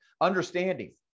Understanding